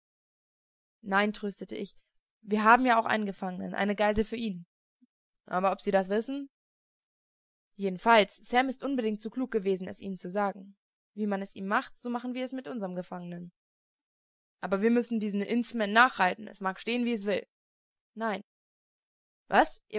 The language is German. nein tröstete ich ihn wir haben ja auch einen gefangenen eine geisel für ihn aber ob sie das wissen jedenfalls sam ist unbedingt so klug gewesen es ihnen zu sagen wie man es ihm macht so machen wir es mit unserm gefangenen aber wir müssen diesen indsmen nachreiten es mag stehen wie es will nein was